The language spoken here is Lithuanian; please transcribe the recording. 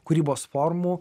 kūrybos formų